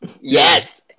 Yes